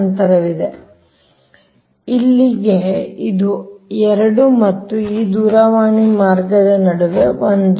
ಆದ್ದರಿಂದ ಇಲ್ಲಿಗೆ ಇದು 2 ಮತ್ತು ಈ ದೂರವಾಣಿ ಮಾರ್ಗದ ನಡುವೆ 1